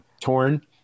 Torn